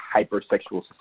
hypersexual